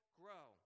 grow